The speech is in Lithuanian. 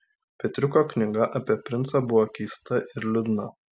petriuko knyga apie princą buvo keista ir liūdna